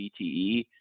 BTE